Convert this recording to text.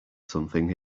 something